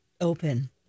open